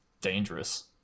dangerous